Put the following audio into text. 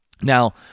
Now